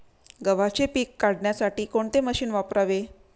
गव्हाचे पीक काढण्यासाठी कोणते मशीन वापरावे?